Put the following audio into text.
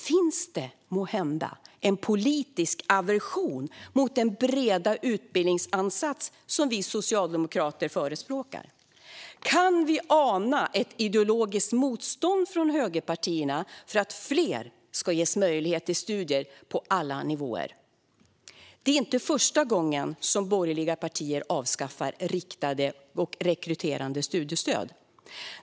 Finns det måhända en politisk aversion mot den breda utbildningsansats som vi socialdemokrater förespråkar? Kan vi ana ett ideologiskt motstånd från högerpartierna till att fler ska ges möjlighet studier på alla nivåer? Det är inte första gången som borgerliga partier avskaffar riktade och rekryterande studiestöd.